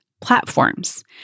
platforms